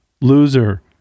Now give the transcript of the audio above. Loser